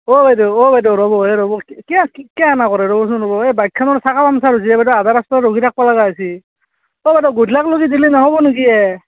অঁ বাইদেউ অঁ বাইদেউ ৰ'ব হে ৰ'ব কিয় কিয় সেনে কৰে ৰ'ব চোন ৰ'ব এই বাইকখনৰ চাকা পামচাৰ হৈছি হে বাইদেউ আধা ৰাস্তাত ৰখি থাকবা লাগা হৈছি অঁ বাইদেউ গধূলাকলেকি দিলে নহ'ব নেকি